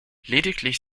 lediglich